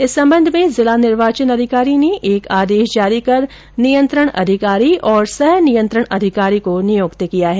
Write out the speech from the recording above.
इस संबंध में जिला निर्वाचन अधिकारी ने एक आदेश जारी कर नियंत्रण अधिकारी और सह नियंत्रण अधिकारी को निय्क्त किया है